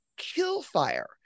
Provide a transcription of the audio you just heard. Killfire